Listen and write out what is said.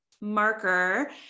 Marker